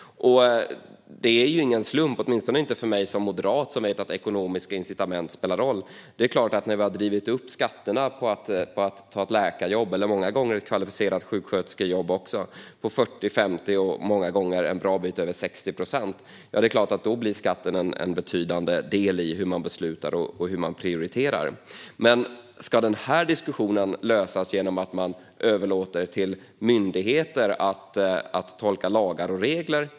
Det är ingen slump - åtminstone inte för mig som moderat, som vet att ekonomiska incitament spelar roll - när vi har drivit upp skatterna på ett läkarjobb eller ett kvalificerat sjuksköterskejobb till 40, 50 och många gånger över 60 procent att skatten blir en viktig faktor när man beslutar och prioriterar. Men ska den diskussionen lösas genom att man överlåter till myndigheter att tolka lagar och regler?